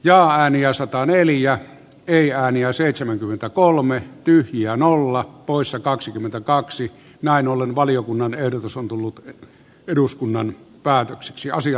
ja hän jäi sataneljä eli ääniä seitsemänkymmentäkolme tyhjää nolla poissa kaksikymmentäkaksi näin ollen valiokunnan ehdotus on päätettävä lausumaehdotuksesta